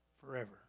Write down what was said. forever